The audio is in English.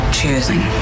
Choosing